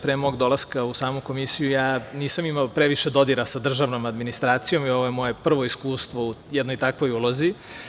Pre mog dolaska u samu Komisiju, ja nisam imao previše dodira sa državnom administracijom i ovo je moje prvo iskustvo u jednoj takvoj ulozi.